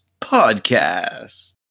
podcast